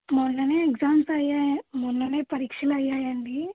మొన్ననే ఎగ్జామ్స్ అయ్యాయి మొన్ననే పరిక్షలయ్యాయండి